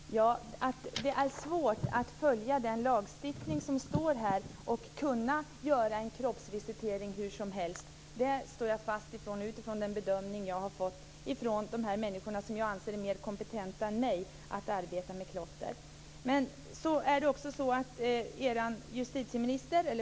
Fru talman! Ja, att det är svårt att följa lagstiftningen och göra en kroppsvisitering hur som helst står jag fast vid utifrån den bedömning som har gjorts av människor som är mer kompetenta än jag när det gäller att arbeta med klotter.